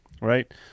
right